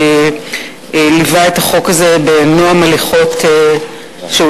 שליווה את החוק הזה בנועם הליכות שהוא